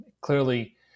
clearly